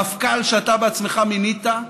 המפכ"ל שאתה בעצמך מינית,